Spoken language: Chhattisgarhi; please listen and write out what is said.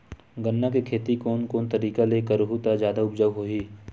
गन्ना के खेती कोन कोन तरीका ले करहु त जादा उपजाऊ होही?